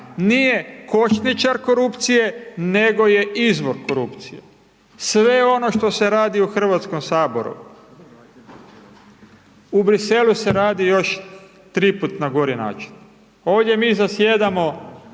nije košničar korupcije, nego je izvor korupcije. Sve ono što se radi u HS, u Briselu se radi još tri puta na gori način. Ovdje mi zasjedamo